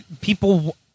people